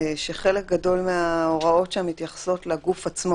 שחלק גדול מההוראות שם מתייחסות לגוף עצמו